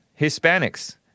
Hispanics